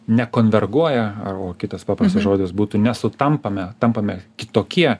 nekonverguoja ar kitas paprastas žodis būtų nesutampame tampame kitokie